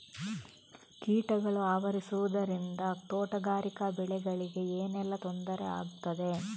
ಕೀಟಗಳು ಆವರಿಸುದರಿಂದ ತೋಟಗಾರಿಕಾ ಬೆಳೆಗಳಿಗೆ ಏನೆಲ್ಲಾ ತೊಂದರೆ ಆಗ್ತದೆ?